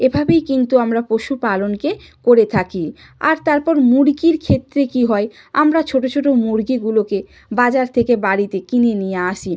এভাবেই কিন্তু আমার পশু পালনকে করে থাকি আর তারপর মুরগির ক্ষেত্রে কী হয় আমরা ছোটো ছোটো মুরগিগুলোকে বাজার থেকে বাড়িতে কিনে নিয়ে আসি